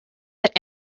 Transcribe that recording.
that